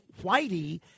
Whitey –